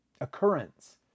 Occurrence